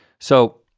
so